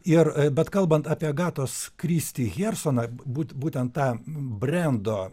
ir bet kalbant apie agatos kristi hjersoną būt būtent tą brendo